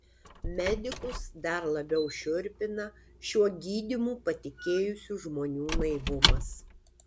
medikus dar labiau šiurpina šiuo gydymu patikėjusių žmonių naivumas